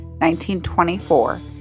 1924